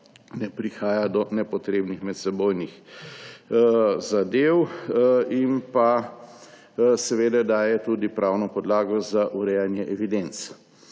ne prihaja do nepotrebnih medsebojnih zadev. In daje tudi pravno podlago za urejanje evidenc.